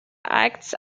acts